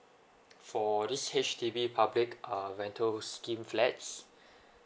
for this H_D_B public uh rental scheme flats